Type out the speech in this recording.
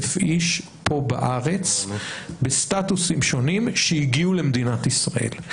איש פה בארץ בסטטוסים שונים שהגיעו למדינת ישראל.